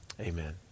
Amen